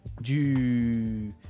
Du